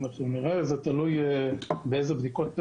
אנחנו נראה, זה תלוי באילו בדיקות מדובר.